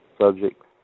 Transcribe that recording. subject